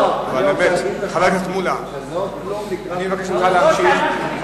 אבל באמת, חבר הכנסת מולה, אני מבקש ממך להמשיך.